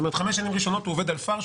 כלומר חמש שנים ראשונות הוא עובד על פארש,